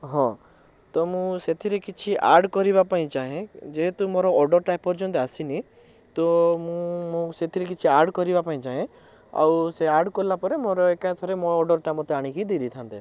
ହଁ ତ ମୁଁ ସେଥିରେ କିଛି ଆଡ଼ କରିବା ପାଇଁ ଚାହେଁ ଯେହେତୁ ମୋର ଅର୍ଡ଼ରଟା ଏପର୍ଯ୍ୟନ୍ତ ଆସିନି ତ ମୁଁ ମୁଁ ସେଥିରେ କିଛି ଆଡ଼ କରିବା ପାଇଁ ଚାହେଁ ଆଉ ସେ ଆଡ଼ କଲା ପରେ ମୋର ଏକାଥରେ ମୋ ଅର୍ଡ଼ରଟା ମୋତେ ଆଣିକି ଦେଇଦେଇଥାନ୍ତେ